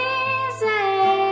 easy